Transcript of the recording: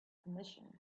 permission